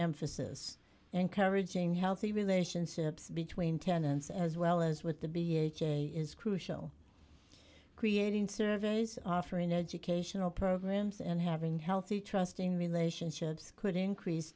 emphasis encouraging healthy relationships between tenants as well as with the b a j is crucial creating surveys offering educational programs and having healthy trusting relationships could increase